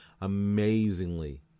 Amazingly